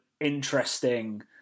interesting